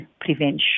prevention